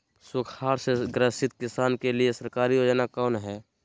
सुखाड़ से ग्रसित किसान के लिए सरकारी योजना कौन हय?